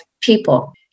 people